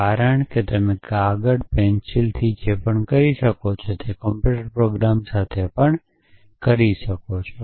કારણ કે તમે કાગળ અને પેંસિલથી જે પણ કરી શકો છો તે કમ્પ્યુટર પ્રોગ્રામ સાથે પણ કરી શકો છો